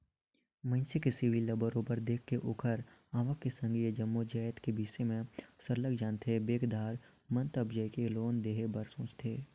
मइनसे के सिविल ल बरोबर देख के ओखर आवक के संघ ए जम्मो जाएत के बिसे में सरलग जानथें बेंकदार मन तब जाएके लोन देहे बर सोंचथे